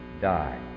die